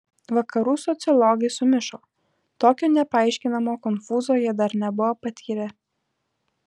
vakarų sociologai sumišo tokio nepaaiškinamo konfūzo jie dar nebuvo patyrę